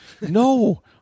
no